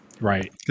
Right